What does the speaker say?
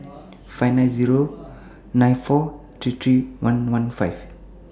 five nine Zero nine four three three one one five